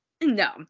No